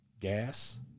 Gas